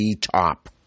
Top